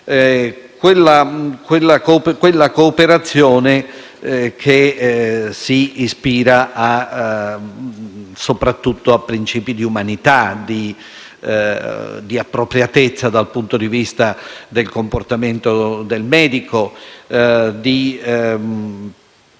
quella cooperazione che si ispira soprattutto a principi di umanità, di appropriatezza dal punto di vista del comportamento del medico, di